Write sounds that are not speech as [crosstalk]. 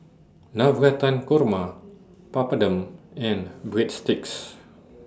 Navratan Korma [noise] Papadum and Breadsticks [noise]